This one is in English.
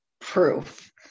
proof